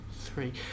Three